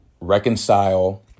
reconcile